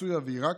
סוריה ועיראק.